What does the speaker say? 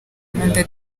rwanda